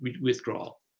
withdrawal